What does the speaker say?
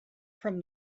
from